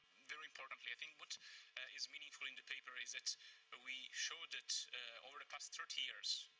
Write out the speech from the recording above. very importantly, i think what is meaningful in the paper is that we show that over the past thirty years,